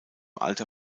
alter